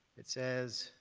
it says